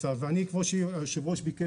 שביקש היושב-ראש,